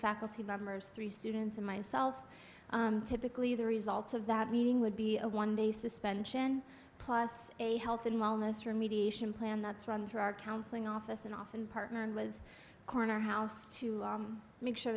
faculty members three students and myself typically the results of that meeting would be a one day suspension plus a health and wellness remediation plan that's run through our counseling office and often partnering with corner house to make sure